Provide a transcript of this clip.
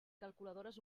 calculadores